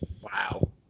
Wow